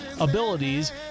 abilities